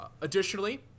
Additionally